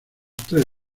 tres